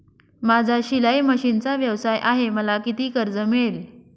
माझा शिलाई मशिनचा व्यवसाय आहे मला किती कर्ज मिळेल?